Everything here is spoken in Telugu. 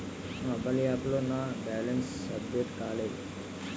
నా మొబైల్ యాప్ లో నా బ్యాలెన్స్ అప్డేట్ కాలేదు